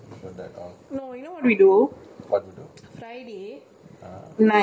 friday night we can clean and mop